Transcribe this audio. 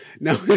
No